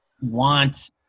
want